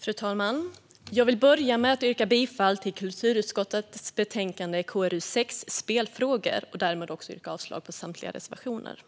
Fru talman! Jag vill börja med att yrka bifall till utskottets förslag i kulturutskottets betänkande KrU6 Spelfrågor och därmed också avslag på samtliga reservationer.